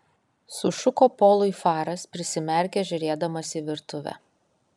sušuko polui faras prisimerkęs žiūrėdamas į virtuvę